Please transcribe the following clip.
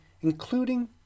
including